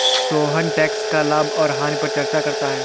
Sohan tax का लाभ और हानि पर चर्चा करता है